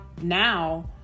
now